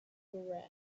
bags